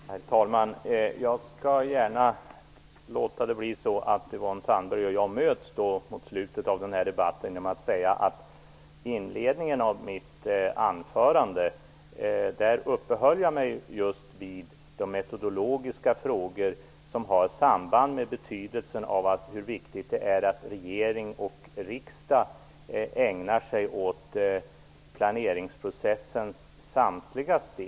Herr talman! Jag skall gärna se till att Yvonne Sandberg och jag möts mot slutet av den här debatten genom att säga att jag i inledningen av mitt anförande uppehöll mig just vid de metodologiska frågor som har samband med medvetenheten om hur viktigt det är att regering och riksdag ägnar sig åt planeringsprocessens samtliga steg.